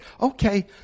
Okay